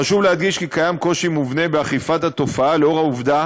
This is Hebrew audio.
חשוב להדגיש כי קיים קושי מובנה באכיפה לגבי התופעה בשל העובדה